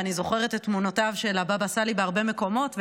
ואני זוכרת את תמונותיו של הבבא סאלי בהרבה מקומות,